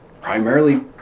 primarily